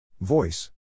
Voice